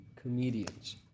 comedians